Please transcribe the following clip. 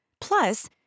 Plus